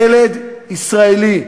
ילד ישראלי,